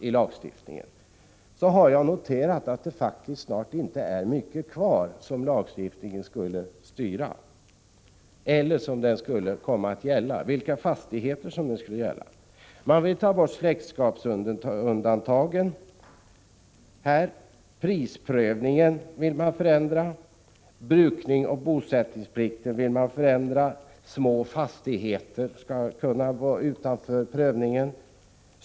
Jag har noterat att det faktiskt inte är mycket kvar som lagstiftningen skulle styra och inte många fastigheter den skulle komma att gälla. Man vill ta bort släktskapsundantagen, och prisprövningen vill man förändra. Brukningsoch bosättningsplikten vill man förändra. Små fastigheter skall kunna gå utanför prövningen.